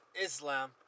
Islam